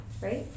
Right